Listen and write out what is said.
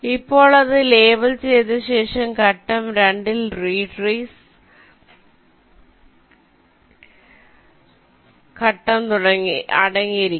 ഇപ്പോൾ അത് ലേബൽ ചെയ്ത ശേഷം ഘട്ടം 2 ൽ റിട്രേസ് ഘട്ടം അടങ്ങിയിരിക്കുന്നു